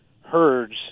herds